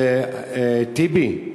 טיבי,